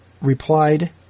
replied